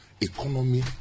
economy